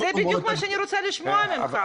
זה בדיוק מה שאני רוצה לשמוע ממך.